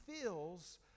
feels